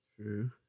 True